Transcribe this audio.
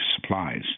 supplies